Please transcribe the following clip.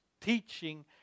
teaching